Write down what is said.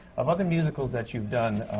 of other musicals that you've done,